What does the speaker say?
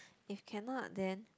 if cannot then